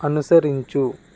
అనుసరించు